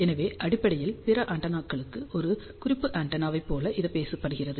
எனவே அடிப்படையில் பிற ஆண்டெனாக்களுக்கு ஒரு குறிப்பு ஆண்டெனாவைப் போல் இது பேச படுகிறது